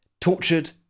tortured